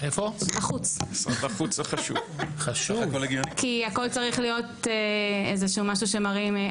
כי הכל צריך להיות איזשהו שמראים,